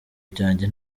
byanjye